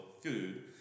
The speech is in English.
food